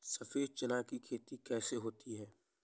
सफेद चना की खेती कैसे होती है?